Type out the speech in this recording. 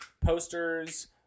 posters